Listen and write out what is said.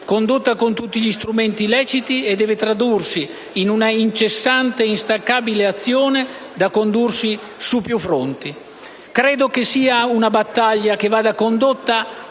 condotta con tutti gli strumenti leciti, e deve tradursi in una incessante e instancabile azione da condursi su più fronti. È una battaglia che va condotta